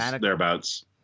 Thereabouts